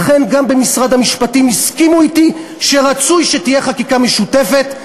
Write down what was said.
לכן גם במשרד המשפטים הסכימו אתי שרצוי שתהיה חקיקה משותפת,